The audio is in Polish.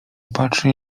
patrzy